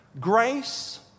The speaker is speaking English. grace